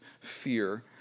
fear